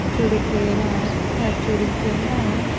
छुरिकया छुरिकया